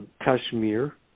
Kashmir